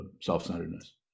self-centeredness